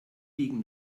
liegen